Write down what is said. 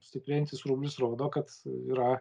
stiprėjantis rublis rodo kad yra